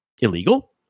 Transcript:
illegal